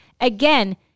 Again